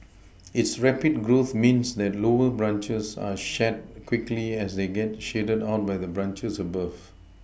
its rapid growth means that lower branches are shed quickly as they get shaded out by the branches above